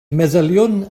meddyliwn